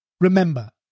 Remember